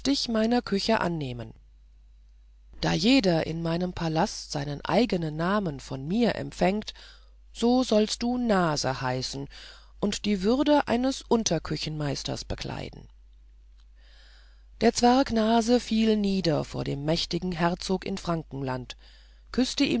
meiner küche annehmen da jeder in meinem palast seinen eigenen namen von mir empfängt so sollst du nase heißen und die würde eines unterküchenmeisters bekleiden der zwerg nase fiel nieder vor dem mächtigen herzog in frankenland küßte